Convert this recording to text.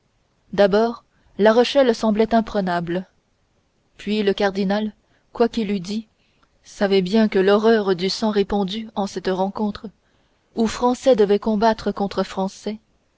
d'abord la rochelle semblait imprenable puis le cardinal quoi qu'il eût dit savait bien que l'horreur du sang répandu en cette rencontre où français devaient combattre contre